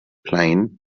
plain